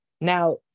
Now